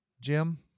Jim